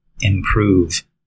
improve